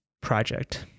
project